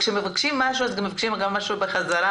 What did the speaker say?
כאשר מבקשים משהו אז מבקשים ממך גם משהו בחזרה.